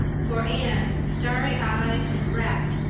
for anne, starry eyed and rapt,